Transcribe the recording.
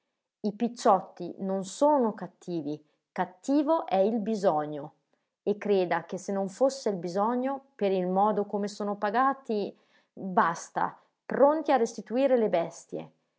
i picciotti non sono cattivi cattivo è il bisogno e creda che se non fosse il bisogno per il modo come sono pagati basta pronti a restituire le bestie